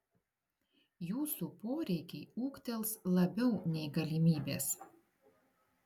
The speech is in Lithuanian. jūsų poreikiai ūgtels labiau nei galimybės